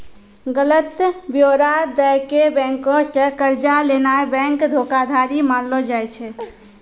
गलत ब्योरा दै के बैंको से कर्जा लेनाय बैंक धोखाधड़ी मानलो जाय छै